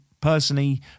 personally